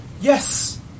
Yes